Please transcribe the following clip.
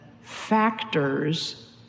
factors